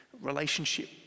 relationship